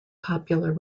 popular